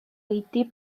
oedi